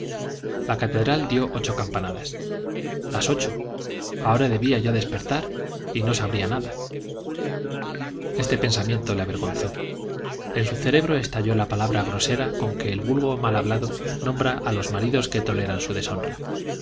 la catedral dio ocho campanadas las ocho ahora debía yo despertar y no sabría nada este pensamiento le avergonzó en su cerebro estalló la palabra grosera con que el vulgo mal hablado nombra a los maridos que toleran su deshonra